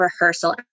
rehearsal